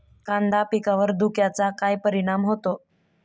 कांदा पिकावर धुक्याचा काय परिणाम होतो?